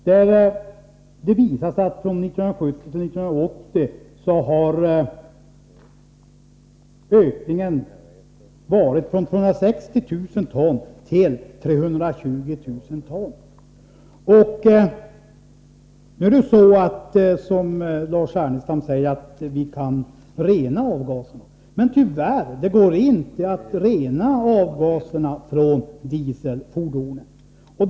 Där visas att utsläppen mellan 1970 och 1980 har ökat från 260 000 ton till 320 000 ton. Som Lars Ernestam säger kan vi rena avgaserna. Tyvärr går det inte att rena avgaserna från dieselfordonen.